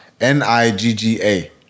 N-I-G-G-A